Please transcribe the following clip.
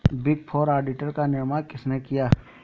Big four auditor का निर्माण किसने किया?